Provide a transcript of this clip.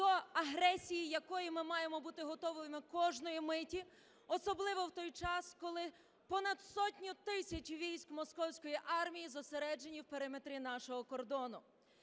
до агресії якої ми маємо бути готовими кожної миті, особливо в той час, коли понад сотню тисяч військ московської армії зосереджені в периметрі нашого кордону.